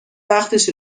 وقتش